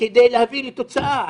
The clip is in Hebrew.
כדי להביא לתוצאה.